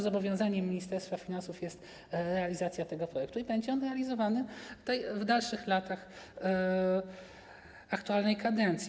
Zobowiązaniem Ministerstwa Finansów wciąż jest realizacja tego projektu i będzie on realizowany w dalszych latach aktualnej kadencji.